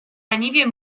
leniwie